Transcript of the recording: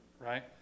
right